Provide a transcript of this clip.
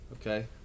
Okay